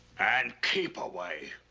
and keep away!